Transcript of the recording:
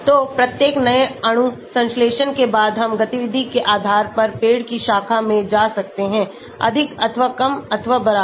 तो प्रत्येक नए अणु संश्लेषण के बाद हम गतिविधि के आधार पर पेड़ की शाखा में जा सकते हैं अधिक अथवा कम अथवा बराबर